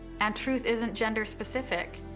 and truth isn't gender specific.